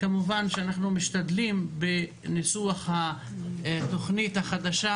במשך שנים דיברו